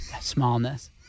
smallness